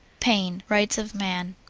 paine, rights of man.